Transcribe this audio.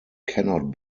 cannot